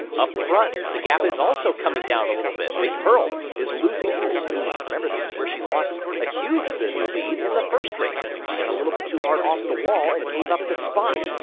up front the gap is also coming down a little bit. big pearl is losing some speed. remember, this is where she lost a huge bit of speed in the first race. she got a little bit too hard off the wall and gave up the spot.